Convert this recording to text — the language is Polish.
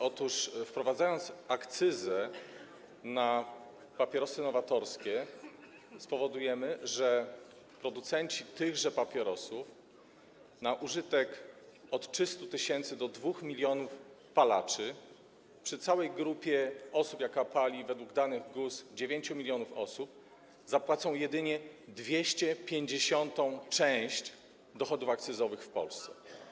Otóż wprowadzając akcyzę na papierosy nowatorskie, spowodujemy, że producenci tychże papierosów na użytek od 300 tys. do 2 mln palaczy, przy całej grupie osób, jaka pali według danych GUS, 9 mln osób, zapłacą jedynie 250. część dochodów akcyzowych w Polsce.